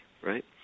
right